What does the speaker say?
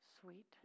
sweet